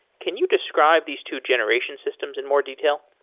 can you describe these two generation systems in more detail?